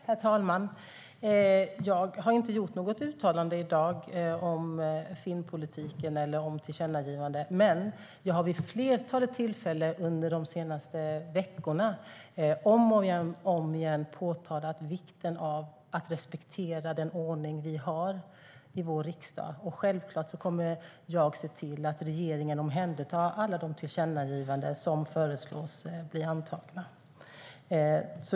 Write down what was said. Herr talman! Jag har inte gjort något uttalande i dag om filmpolitiken eller tillkännagivanden. Men jag har vid ett flertal tillfällen under de senaste veckorna påpekat vikten av att respektera den ordning vi har i vår riksdag. Självklart kommer jag att se till att regeringen omhändertar alla de tillkännagivanden som föreslås bli antagna.